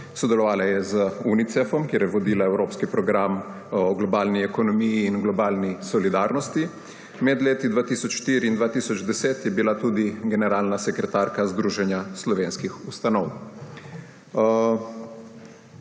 Sodelovala je z Unicefom, kjer je vodila evropski program o globalni ekonomiji in o globalni solidarnosti. Med letoma 2004 in 2010 je bila tudi generalna sekretarka Združenja slovenskih ustanov.